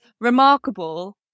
remarkable